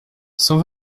cent